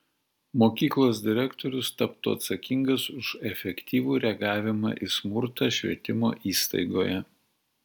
mokyklos direktorius taptų atsakingas už efektyvų reagavimą į smurtą švietimo įstaigoje